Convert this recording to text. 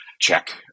check